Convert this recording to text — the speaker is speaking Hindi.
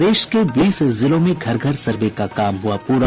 प्रदेश के बीस जिलों में घर घर सर्वे का काम हुआ पूरा